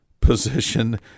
position